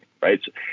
right